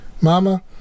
Mama